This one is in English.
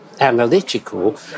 Analytical